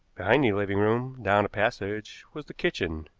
behind the living room, down a passage, was the kitchen,